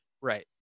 Right